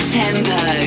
tempo